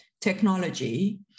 technology